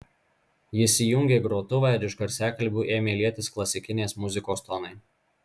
jis įjungė grotuvą ir iš garsiakalbių ėmė lietis klasikinės muzikos tonai